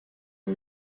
day